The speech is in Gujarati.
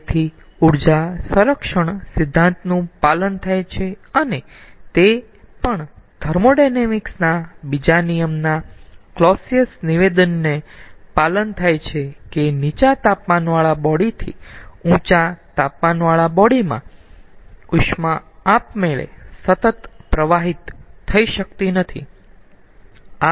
તેથી ઊર્જા સંરક્ષણ સિદ્ધાંતનું પાલન થાય છે અને તે પણ થર્મોોડાયનેમિક્સ ના બીજા નિયમના કલોસીયસ નિવેદનને પાલન થાય છે કે નીચા તાપમાનવાળા બોડી થી તાપમાન ઊંચા તાપમાનવાળા બોડી માં ઉષ્મા આપમેળે સતત પ્રવાહિત થઈ શકતી નથી